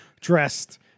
dressed